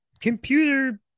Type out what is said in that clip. computer